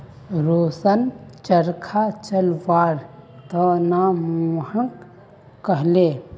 रोशन चरखा चलव्वार त न मोहनक कहले